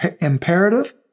imperative